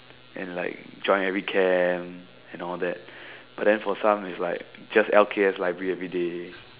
and like join every camp and all that but then for some is like just L_K_S library everyday